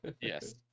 Yes